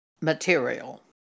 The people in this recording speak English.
material